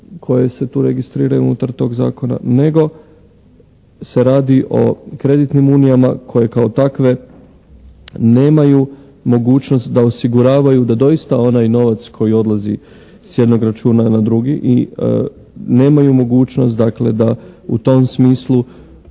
koje se tu registriraju unutar tog zakona nego se radi o kreditnim unijama koje kao takve nemaju mogućnost da osiguravaju da doista onaj novac koji odlazi s jednog računa na drugi i nemaju mogućnost dakle da u tom smislu